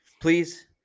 please